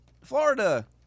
Florida